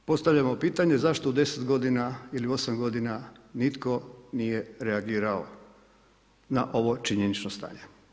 Dakle postavljamo pitanje, zašto u deset godina ili u osam godina nitko nije reagirao na ovo činjenično stanje?